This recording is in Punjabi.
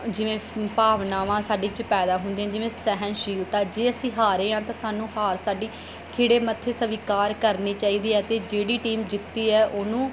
ਜਿਵੇਂ ਭਾਵਨਾਵਾਂ ਸਾਡੇ 'ਚ ਪੈਦਾ ਹੁੰਦੀਆਂ ਜਿਵੇਂ ਸਹਿਣਸ਼ੀਲਤਾ ਜੇ ਅਸੀਂ ਹਾਰੇ ਹਾਂ ਤਾਂ ਸਾਨੂੰ ਹਾਰ ਸਾਡੀ ਖਿੜੇ ਮੱਥੇ ਸਵੀਕਾਰ ਕਰਨੀ ਚਾਹੀਦੀ ਹੈ ਅਤੇ ਜਿਹੜੀ ਟੀਮ ਜਿੱਤੀ ਹੈ ਉਹਨੂੰ